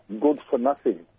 good-for-nothing